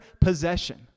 possession